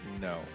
no